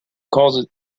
calls